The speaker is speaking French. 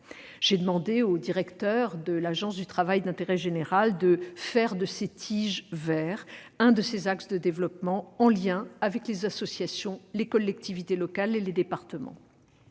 J'ai demandé au directeur de l'Agence du travail d'intérêt général d'en faire l'un de ses axes de développement, en liaison avec les associations, les collectivités locales et les départements.